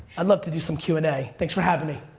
i'd love to do some q and a, thanks for having me.